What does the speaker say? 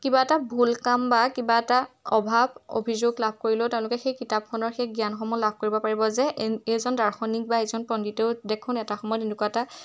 কিবা এটা ভুল কাম বা কিবা এটা অভাৱ অভিযোগ লাভ কৰিলেও তেওঁলোকে সেই কিতাপখনৰ সেই জ্ঞানসমূহ লাভ কৰিব পাৰিব যে এইজন দাৰ্শনিক বা এইজন পণ্ডিতেওদেখোন এটা সময়ত এনেকুৱা এটা